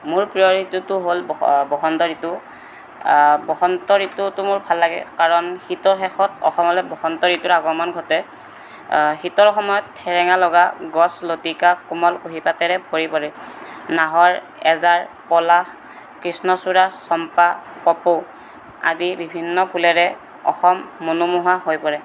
মোৰ প্ৰিয় ঋতুটো হ'ল বসন্ত ঋতু বসন্ত ঋতুটো মোৰ ভাল লাগে কাৰণ শীতৰ শেষত অসমলৈ বসন্ত ঋতুৰ আগমণ ঘটে শীতৰ সময়ত ঠেৰেঙা লগা গছ লতিকা কোমল কুঁহিপাতেৰে ভৰি পৰে নাহৰ এজাৰ পলাশ কৃষ্ণচূড়া চম্পা কপৌ আদি বিভিন্ন ফুলেৰে অসম মনোমোহা হৈ পৰে